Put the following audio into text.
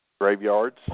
graveyards